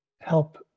help